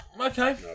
Okay